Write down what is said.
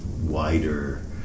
wider